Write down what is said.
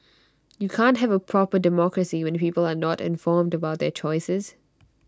you can't have A proper democracy when people are not informed about their choices